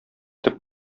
төп